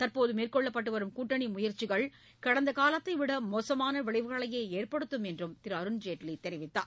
தற்போது மேற்கொள்ளப்பட்டு வரும் கூட்டணி முயற்சிகள் கடந்த காலத்தைவிட மோசமான விளைவுகளையே ஏற்படுத்தும் என்றும் திரு அருண்ஜேட்லி தெரிவித்தார்